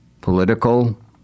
political